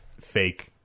fake